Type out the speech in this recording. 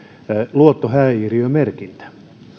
luottohäiriömerkintä